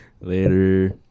later